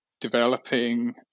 developing